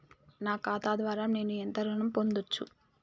నా ఖాతా ద్వారా నేను ఎంత ఋణం పొందచ్చు?